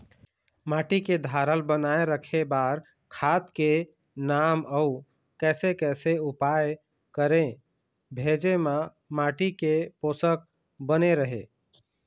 माटी के धारल बनाए रखे बार खाद के नाम अउ कैसे कैसे उपाय करें भेजे मा माटी के पोषक बने रहे?